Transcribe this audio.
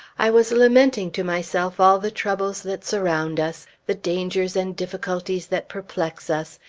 i was lamenting to myself all the troubles that surround us, the dangers and difficulties that perplex us,